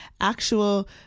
actual